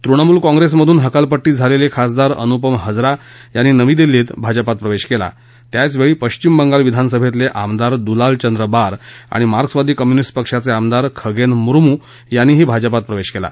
तृणमूल काँप्रेसमधून हकालपट्टी झालेले खासदार अनुपम हजरा यांनी नवी दिल्लीत भाजपा प्रवेश केला त्याचवेळी पश्विम बंगाल विधानसभेतले आमदार दुलाल चंद्र बार आणि मार्क्सवादी कम्युनिस्ट पक्षोच आमदार खगेन मुर्मू यांनीही भाजपात प्रवेश केला